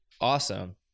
Awesome